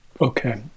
Okay